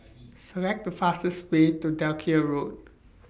Select The fastest Way to Dalkeith Road